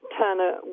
Turner